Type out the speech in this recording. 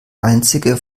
einzige